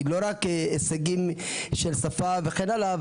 היא לא רק הישגים של שפה וכן הלאה,